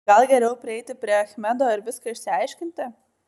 gal geriau prieiti prie achmedo ir viską išsiaiškinti